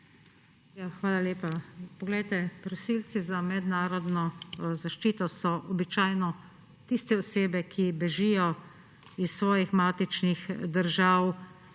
Hvala lepa. Prosilci za mednarodno zaščito so običajno tiste osebe, ki bežijo iz svojih matičnih držav